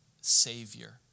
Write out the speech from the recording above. Savior